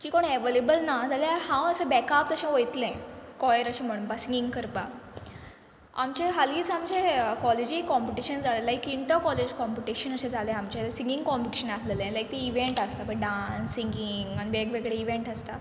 जीं कोण एवलेबल ना जाल्यार हांव असें बॅक आप तशें वयतलें कॉयर अशें म्हणपा सिंगींग करपा आमचें हालींच आमचें कॉलेजी कॉम्पिटिशन जालें लायक इंट कॉलेज कॉम्पिटिशन अशें जालें आमचें सिंगींग कॉम्पिटिशन आसललें लायक ती इवँट आसता पय डांस सिंगींग आन वेग वेगळे इवँट आसता